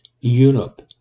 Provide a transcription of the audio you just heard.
Europe